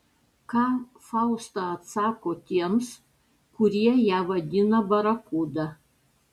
ką fausta atsako tiems kurie ją vadina barakuda